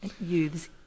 youths